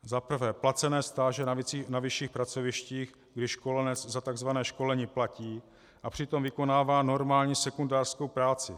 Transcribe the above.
Za prvé placené stáže na vyšších pracovištích, kdy školenec za tzv. školení platí a přitom vykonává normální sekundářskou práci.